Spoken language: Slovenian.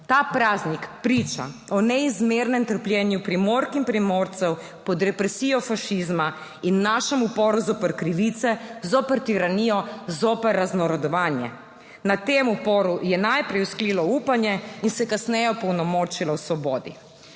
Ta praznik priča o neizmernem trpljenju Primork in Primorcev pod represijo fašizma in našem uporu zoper krivice, zoper tiranijo, zoper raznarodovanje. Na tem uporu je najprej vzklilo upanje in se kasneje opolnomočila svobodi.